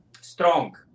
strong